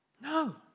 No